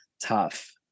tough